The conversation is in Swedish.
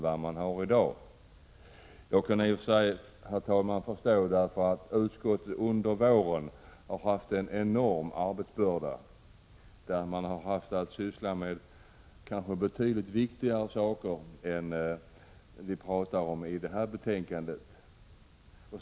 Jag kan i och för sig förstå att utskottet under våren har haft en enormt stor arbetsbörda och kanske haft att syssla med betydligt viktigare saker än den som behandlas i detta betänkande.